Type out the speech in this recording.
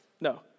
no